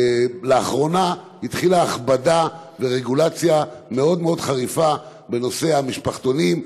לאחרונה התחילו הכבדה ורגולציה מאוד מאוד חריפה בנושא המשפחתונים,